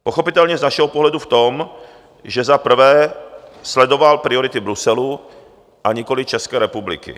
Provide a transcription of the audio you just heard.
Pochopitelně z našeho pohledu v tom, že za prvé sledoval priority Bruselu a nikoli České republiky.